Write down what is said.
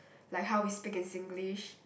like how we speak in Singlish